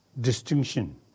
distinction